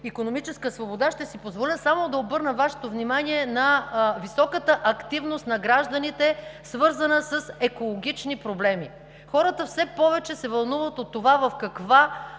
икономическа свобода“ ще си позволя само да обърна Вашето внимание на високата активност на гражданите, свързана с екологични проблеми. Хората все повече се вълнуват от това в каква